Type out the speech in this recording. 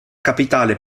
capitale